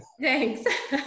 Thanks